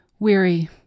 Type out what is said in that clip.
Weary